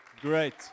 Great